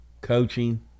coaching